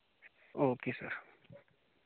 okay sir